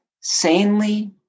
sanely